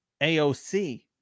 AOC